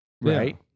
Right